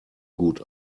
gut